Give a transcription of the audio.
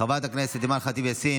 חברת הכנסת אימאן ח'טיב יאסין,